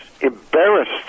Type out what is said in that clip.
embarrassed